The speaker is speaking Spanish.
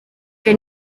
que